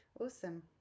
awesome